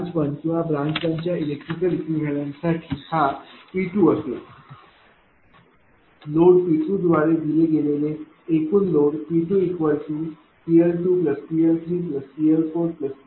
branch 1 किंवा branch 1 च्या electrical equivalent साठी हा P2असेल लोड P द्वारे दिले गेलेले एकूण लोड P2PL2PL3PL4PL5PL6 असेल